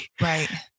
Right